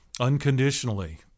unconditionally